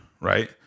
right